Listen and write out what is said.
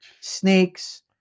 snakes